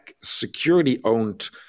security-owned